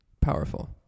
powerful